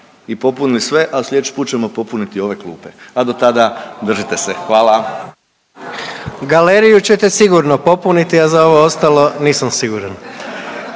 i popunili sve, a sljedeći put ćemo popuniti ove klupe. A do tada, držite se. Hvala. **Jandroković, Gordan (HDZ)** Galeriju ćete sigurno popuniti, a za ovo ostalo nisam siguran.